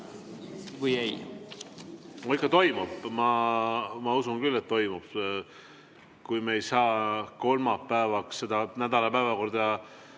või ei?